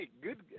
good